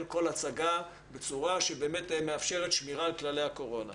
כל הצגה בצורה שבאמת מאפשרת שמירה על כללי הקורונה.